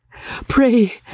Pray